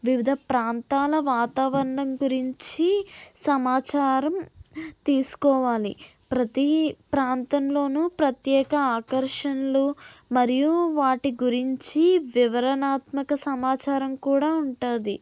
వివిధ ప్రాంతాల వాతావరణం గురించి సమాచారం తీసుకోవాలి ప్రతీ ప్రాంతంలోనూ ప్రత్యేక ఆకర్షణలు మరియు వాటి గురించి వివరణాత్మక సమాచారం కూడా ఉంటుంది